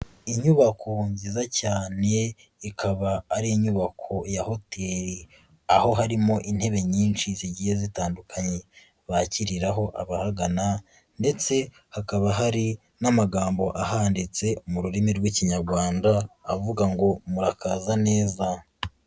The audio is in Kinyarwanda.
Inyubako nziza cyane ikaba ari inyubako ya hoteli, aho harimo intebe nyinshi zigiye zitandukanye bakiriraho abahagana ndetse hakaba hari n'amagambo ahanditse mu rurimi rw'Ikinyarwanda avuga ngo murakaza neza.